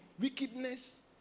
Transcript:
wickedness